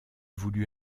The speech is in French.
voulu